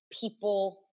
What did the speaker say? people